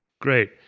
Great